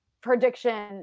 prediction